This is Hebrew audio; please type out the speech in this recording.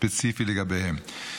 ספציפי לגביהן.